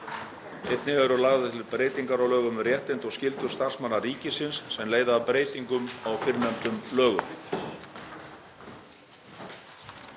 Einnig eru lagðar til breytingar á lögum um réttindi og skyldur starfsmanna ríkisins sem leiða af breytingum á fyrrnefndum lögum.